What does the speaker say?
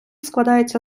складається